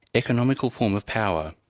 economical form of power.